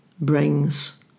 brings